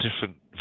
different